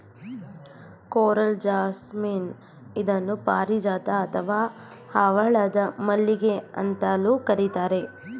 coral jasmine ಇದನ್ನು ಪಾರಿಜಾತ ಅಥವಾ ಹವಳದ ಮಲ್ಲಿಗೆ ಅಂತಲೂ ಕರಿತಾರೆ